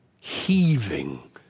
heaving